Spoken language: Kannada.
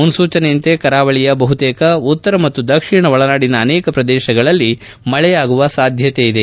ಮುನ್ಲೂಚನೆಯಂತೆ ಕರಾವಳಿಯ ಬಹುತೇಕ ಉತ್ತರ ಮತ್ತು ದಕ್ಷಿಣ ಒಳನಾಡಿನ ಅನೇಕ ಪ್ರದೇಶಗಳಲ್ಲಿ ಮಳೆಯಾಗುವ ಸಾಧ್ಯತೆ ಇದೆ